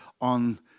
on